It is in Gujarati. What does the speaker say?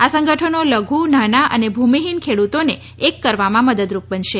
આ સંગઠનો લધુ નાના અને ભુમિફીન ખેડતોને એક કરવામાં મદદરૂપ બનશે